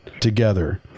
together